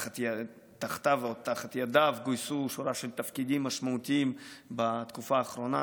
ותחתיו או תחת ידיו גויסו שורה של תפקידים משמעותיים בתקופה האחרונה,